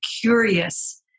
curious